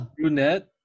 brunette